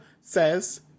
says